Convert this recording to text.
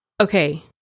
okay